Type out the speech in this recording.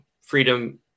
freedom